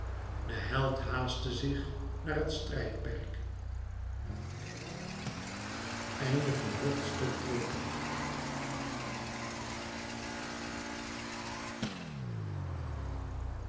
de held haastte zich naar het strijdperk